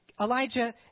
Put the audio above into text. Elijah